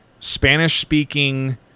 Spanish-speaking